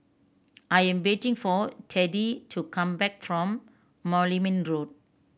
I am waiting for Teddie to come back from Moulmein Road